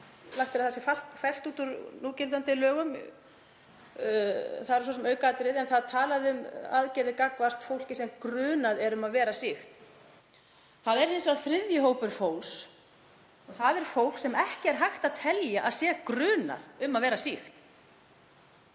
sé til að það falli brott í núgildandi lögum. Það er svo sem aukaatriði en það er talað um aðgerðir gagnvart fólki sem er grunað um að vera sýkt. Það er hins vegar þriðji hópur fólks og það er fólk sem ekki er hægt að telja að sé grunað um að vera sýkt